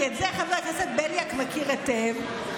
כי את זה חבר הכנסת בליאק מכיר היטב,